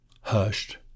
hushed